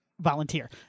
Volunteer